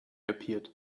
appeared